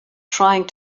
trying